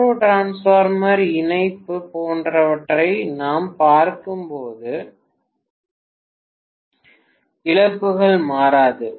auto transformer இணைப்பு போன்றவற்றை நான் பார்க்கும்போது இழப்புகள் மாறாது